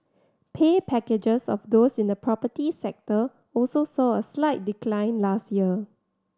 pay packages of those in the property sector also saw a slight decline last year